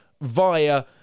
via